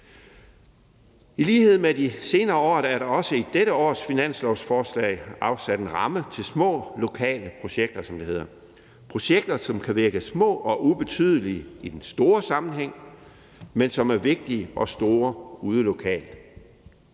I lighed med de senere år er der også i dette års finanslovsforslag afsat en ramme til små, lokale projekter, som det hedder – projekter, som kan virke små og ubetydelige i den store sammenhæng, men som er vigtige og store ude lokalt.